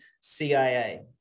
CIA